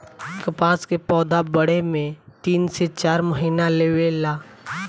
कपास के पौधा बढ़े में तीन से चार महीना लेवे ला